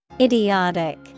Idiotic